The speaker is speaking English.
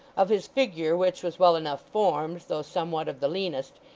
of his figure, which was well enough formed, though somewhat of the leanest,